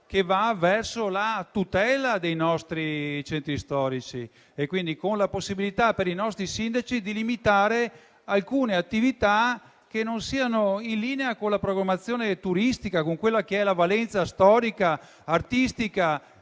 che va verso la tutela dei nostri centri storici, con la possibilità per i nostri sindaci di limitare alcune attività che non siano in linea con la programmazione turistica e con la loro valenza storica, artistica